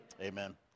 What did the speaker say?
amen